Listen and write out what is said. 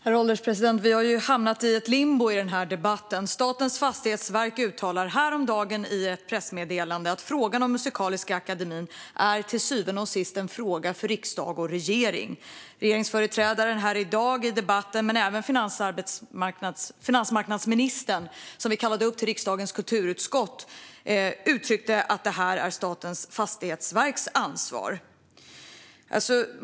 Herr ålderspresident! Den här debatten har hamnat i ett limbo. Statens fastighetsverk uttalade häromdagen i ett pressmeddelande att frågan om Musikaliska Akademien till syvende och sist är en fråga för riksdag och regering. Regeringsföreträdaren i dagens debatt, liksom finansmarknadsministern som vi kallade upp till riksdagens kulturutskott, uttryckte att det är Statens fastighetsverks ansvar.